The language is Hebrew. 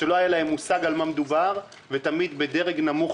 תמיד בדרג נמוך,